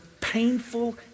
painful